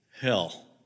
hell